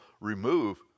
remove